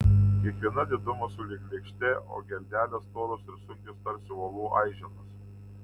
kiekviena didumo sulig lėkšte o geldelės storos ir sunkios tarsi uolų aiženos